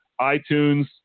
iTunes